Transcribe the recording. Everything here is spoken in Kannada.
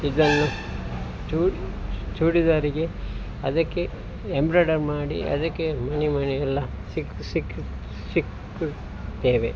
ಇದನ್ನು ಚೂಡಿ ಚೂಡಿದಾರಿಗೆ ಅದಕ್ಕೆ ಎಂಬ್ರಾಡರ್ ಮಾಡಿ ಅದಕ್ಕೆ ಮಣಿ ಮಣಿ ಎಲ್ಲ ಸಿಕ್ಕು ಸಿಕ್ಕು ಸಿಕ್ಕುತ್ತೇವೆ